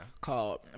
called